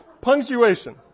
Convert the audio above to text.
Punctuation